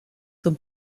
zum